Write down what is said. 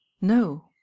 No